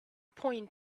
point